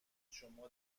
شما